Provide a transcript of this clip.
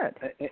good